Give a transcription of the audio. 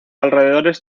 alrededores